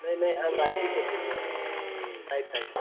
नहीं नहीं हम राइटी खेलते हैं सर